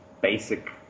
basic